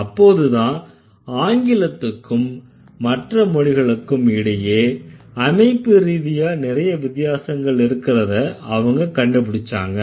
அப்போதுதான் ஆங்கிலத்துக்கும் மற்ற மொழிகளுக்கும் இடையே அமைப்பு ரீதியா நிறைய வித்தியாசங்கள் இருக்கறத அவங்க கண்டுபிடிச்சாங்க